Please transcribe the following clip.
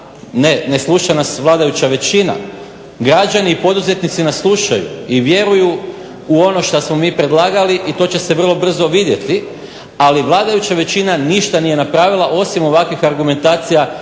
ne, ne sluša nas vladajuća većina. Građani i poduzetnici nas slušaju i vjeruju u ono što smo mi predlagali i to će se vrlo brzo vidjeti, ali vladajuća većina ništa nije napravila osim ovakvih argumentacija,